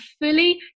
fully